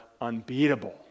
unbeatable